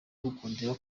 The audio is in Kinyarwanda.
mukundira